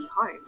home